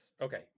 Okay